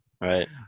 Right